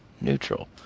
neutral